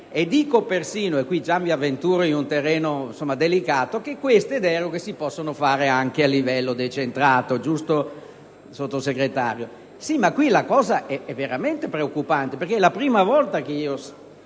Dico persino - e qui mi avventuro in un terreno delicato - che queste deroghe si possono fare anche a livello decentrato: giusto, Sottosegretario? Ma qui la cosa è veramente preoccupante! È la prima volta, che io